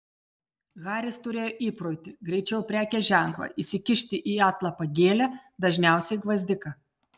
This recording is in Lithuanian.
haris turėjo įprotį greičiau prekės ženklą įsikišti į atlapą gėlę dažniausiai gvazdiką